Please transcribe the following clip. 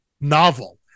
novel